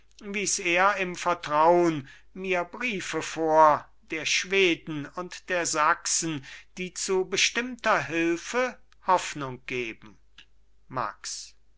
wies er im vertraun mir briefe vor der schweden und der sachsen die zu bestimmter hülfe hoffnung geben max